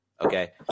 Okay